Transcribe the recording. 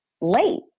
late